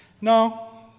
No